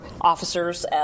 officers